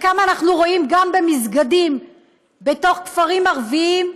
את חלקם אנחנו רואים גם במסגדים בתוך כפרים ערביים,